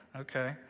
okay